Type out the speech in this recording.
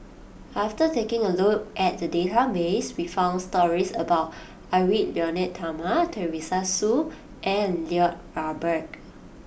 after taking a look at the database we found stories about Edwy Lyonet Talma Teresa Hsu and Lloyd Valberg